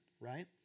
right